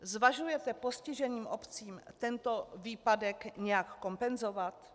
Zvažujete postiženým obcím tento výpadek nějak kompenzovat?